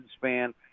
span